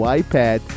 iPad